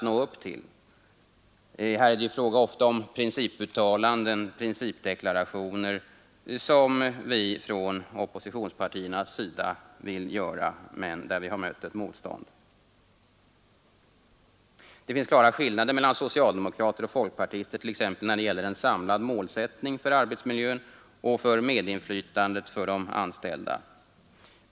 Från oppositionspartiernas sida har vi velat göra principuttalanden, principdeklarationer, men vi har här mött ett motstånd. Det finns klara skillnader mellan socialdemokrater och folkpartister t.ex. när det gäller en samlad målsättning för arbetsmiljön och medinflytande för de anställda.